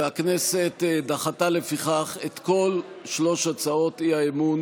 והכנסת דחתה לפיכך את כל שלוש הצעות האי-אמון